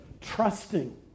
trusting